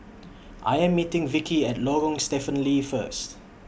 I Am meeting Vickie At Lorong Stephen Lee First